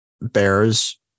bears